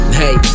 hey